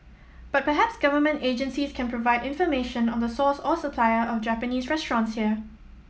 but perhaps Government agencies can provide information on the source or supplier of Japanese restaurants here